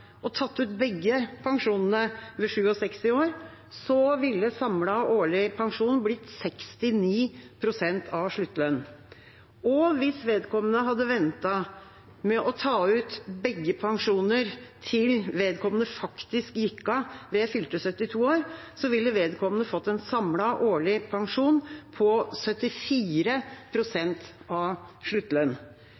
og tatt ut begge pensjonene ved 67 år, ville samlet årlig pensjon blitt 69 pst. av sluttlønnen. Hvis vedkommende hadde ventet med å ta ut begge pensjoner til vedkommende faktisk gikk av ved fylte 72 år, ville vedkommende fått en samlet årlig pensjon på 74